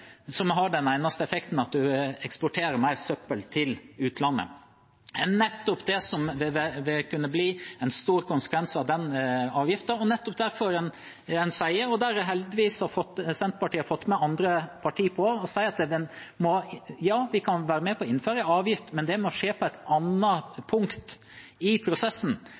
den eneste effekten den har, er at en eksporterer mer søppel til utlandet, som nettopp er det som kunne bli en stor konsekvens av den avgiften. Der har heldigvis Senterpartiet fått med andre partier på å si at ja, vi kan være med på å innføre en avgift, men det må skje på et annet punkt i prosessen